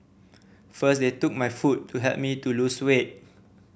first they took my food to help me to lose weight